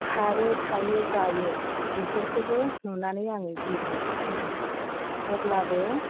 खारो थायो जायो बिसोरखौबो नुनानै आङो गिगोनसो खोमा अब्लाबो